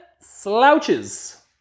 Slouches